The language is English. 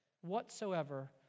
whatsoever